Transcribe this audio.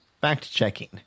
fact-checking